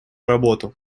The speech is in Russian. работу